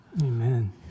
Amen